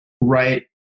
right